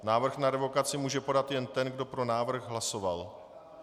Návrh na revokaci může podat jen ten, kdo pro návrh hlasoval.